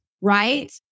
right